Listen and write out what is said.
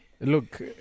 Look